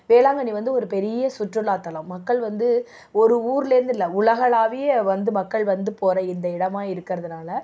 வேளாங்கண்ணி வந்து ஒரு பெரிய சுற்றுலாத்தலம் மக்கள் வந்து ஒரு ஊர்லேருந்து இல்லை உலகளாவிய வந்து மக்கள் வந்து போகிற இந்த இடமாக இருக்கிறதுனால